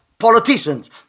Politicians